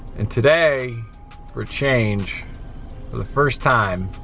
and today for a change for the first time